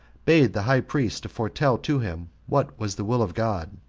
bade the high priest to foretell to him what was the will of god,